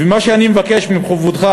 ומה שאני מבקש מכבודך,